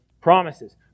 promises